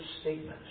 statements